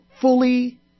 fully